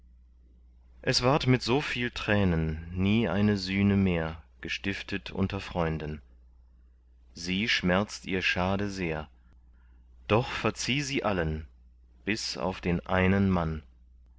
es ward mit so viel tränen nie eine sühne mehr gestiftet unter freunden sie schmerzt ihr schade sehr doch verzieh sie allen bis auf den einen mann